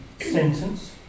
sentence